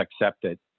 accepted